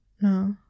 no